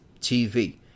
TV